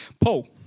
Paul